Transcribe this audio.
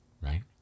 right